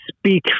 speak